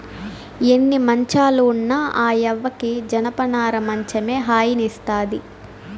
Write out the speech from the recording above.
ఎన్ని మంచాలు ఉన్న ఆ యవ్వకి జనపనార మంచమే హాయినిస్తాది